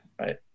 Right